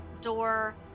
door